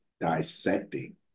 dissecting